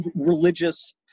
religious